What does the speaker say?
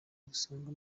dusanga